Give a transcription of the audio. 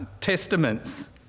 Testaments